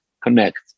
connect